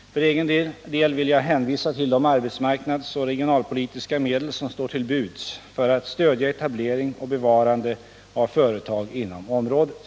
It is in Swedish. För egen del vill jag hänvisa till de arbetsmarknadspolitiska och regionalpolitiska medel som står till buds för att stödja etablering och bevarande av företag inom området.